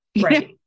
Right